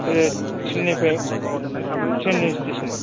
बे ट्रेन निफ्राय ट्रेन नि स्टेशन आव